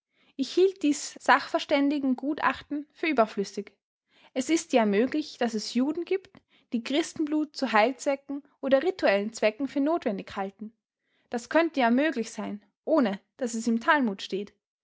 ich hielt dies sachverständigengutachten für überflüssig es ist ja möglich daß es juden gibt die christenblut zu heilzwecken oder rituellen zwecken für notwendig halten das könnte ja möglich sein ohne daß es im talmud steht